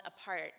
apart